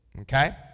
Okay